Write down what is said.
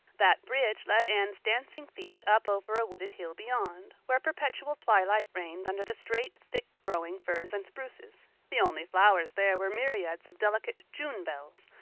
that bridge led anne's dancing feet up over a wooded hill beyond, where perpetual twilight reigned under the straight, thick-growing firs and spruces the only flowers there were myriads of delicate june bells,